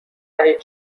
دهید